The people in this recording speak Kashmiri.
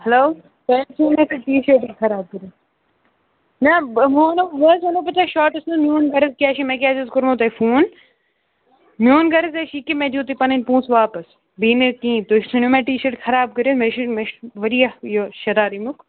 ہٮ۪لو تۄہہِ حظ ژھٕنِو ٹی شٲٹٕے خراب کٔرِتھ نَہ بہٕ وَنو وۄنۍ حظ وَنو بہٕ تۄہہِ شاٹَس منٛز میون غرٕض کیٛاہ چھِ مےٚ کیٛازِ حظ کوٚرمو تۄہہِ فون میون غرٕض حظ چھِ یہِ کہِ مےٚ دِیِو تُہۍ پَنٕنۍ پونٛسہٕ واپَس بیٚیہِ نہٕ حظ کِہیٖنۍ تۄہہِ ژھٕنِو مےٚ ٹی شٲٹ کٔرِتھ مےٚ چھُنہٕ مےٚ چھُ واریاہ یہِ شَرار اَمیُک